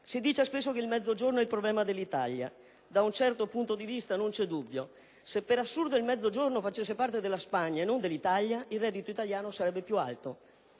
Si sostiene spesso che il Mezzogiorno sia il problema dell'Italia e da un certo punto di vista non c'è dubbio: se per assurdo il Mezzogiorno facesse parte della Spagna e non dell'Italia il reddito italiano sarebbe più alto.